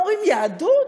הם אומרים: יהדות?